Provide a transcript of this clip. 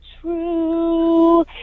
true